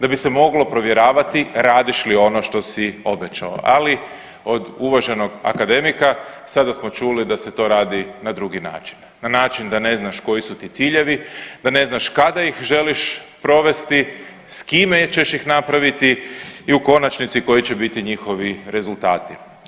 Da bi se moglo provjeravati radiš li ono što si obećao, ali od uvaženog akademika sada smo čuli da se to radi na drugi način, na način da ne znaš koji su ti ciljevi, da ne znaš kada ih želiš provesti, s kime ćeš ih napraviti i u konačnici koji će biti njihovi rezultati.